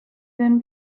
then